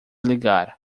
ligar